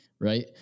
Right